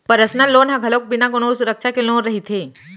personal loan ह घलोक बिना कोनो सुरक्छा के लोन रहिथे